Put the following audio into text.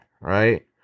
right